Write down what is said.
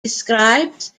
describes